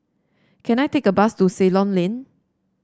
can I take a bus to Ceylon Lane